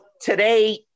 today